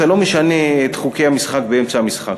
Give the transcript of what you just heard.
אתה לא משנה את חוקי המשחק באמצע המשחק,